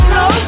no